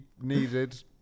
needed